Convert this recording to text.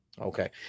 okay